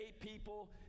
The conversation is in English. people